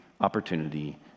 opportunity